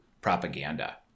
propaganda